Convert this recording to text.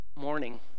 morning